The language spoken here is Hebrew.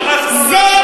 שלנו כבר.